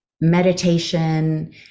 meditation